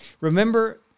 Remember